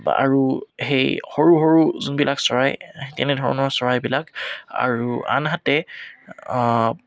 আৰু সেই সৰু সৰু যোনবিলাক চৰাই তেনেধৰণৰ চৰাইবিলাক আৰু আনহাতে